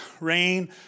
rain